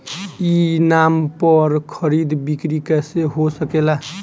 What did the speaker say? ई नाम पर खरीद बिक्री कैसे हो सकेला?